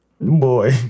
Boy